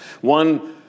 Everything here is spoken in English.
One